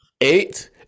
Eight